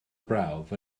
brawf